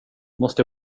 måste